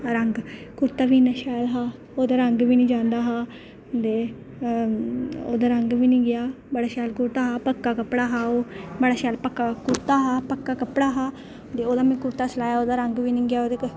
रंग कुरता बी इन्ना शैल हा ओह्दा रंग बी निं जंदा हा ते ओह्दा रंग बी निं गेआ बड़ा शैल कुरता हा ओह्दा रंग बी निं गेआ बड़ा शैल पक्का कुरता हा पक्का कुरता हा ओह् ते ओह्दा में कुरता सिलाया ते ओह्दा रंग बी निं गेआ